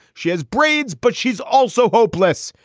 she has braids but she's also hopeless.